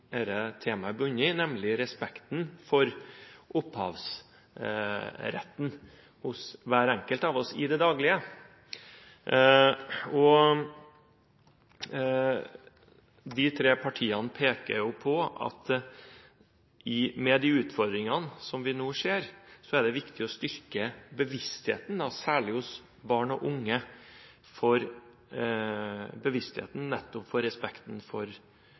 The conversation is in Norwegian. som dette temaet bunner i, nemlig respekten for opphavsretten hos hver enkelt av oss i det daglige. De tre partiene peker på at med de utfordringene som vi nå ser, er det viktig å styrke bevisstheten om og respekten for åndsverk og opphavsrett, særlig hos barn og unge. Hva tenker kulturministeren om det, og tar kulturministeren noen initiativ for å sørge for